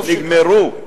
נגמרו.